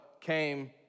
came